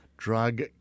drug